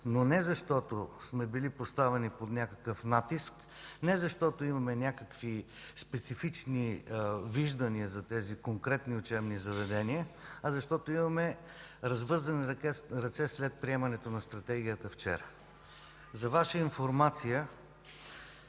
но не защото сме били поставени под някакъв натиск, не защото имаме някакви специфични виждания за тези конкретни учебни заведения, а защото имаме развързани ръце след приемането на Стратегията вчера. За Ваша информация